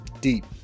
Deep